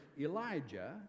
Elijah